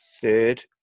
third